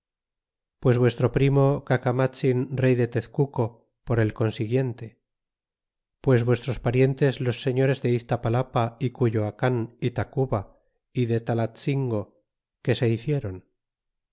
pues vuestro primo cacamatzin rey de tezcuco por el consiguiente pues vuestros parientes los señores de iztapalapa é cuyoacan y tacuba y de talatzingo qué se hiciéron